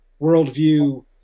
worldview